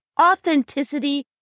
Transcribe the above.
authenticity